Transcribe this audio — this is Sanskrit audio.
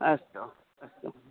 अस्तु अस्तु